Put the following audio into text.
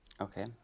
Okay